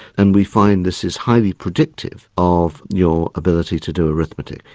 and we find this is highly predictive of your ability to do arithmetic,